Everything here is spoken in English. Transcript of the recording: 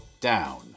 down